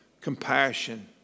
compassion